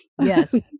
Yes